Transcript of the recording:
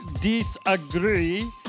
disagree